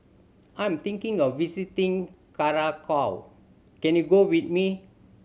I am thinking of visiting Curacao can you go with me